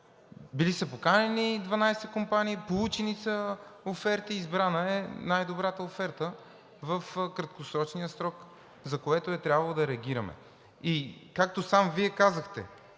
Били са поканени 12 компании, получени са оферти, избрана е най-добрата оферта в краткия срок, за който е трябвало да реагираме. И както сам Вие казахте,